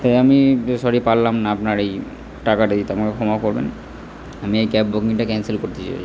তাই আমি সরি পারলাম না আপনার এই টাকাটা দিতে আমাকে ক্ষমা করবেন আমি এই ক্যাব বুকিংটা ক্যানসেল করতে চাই